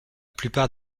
plupart